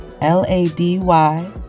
L-A-D-Y